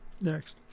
next